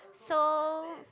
so